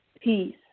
Peace